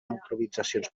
improvisacions